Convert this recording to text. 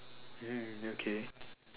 okay